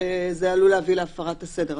שזה עלול להביא להפרת הסדר.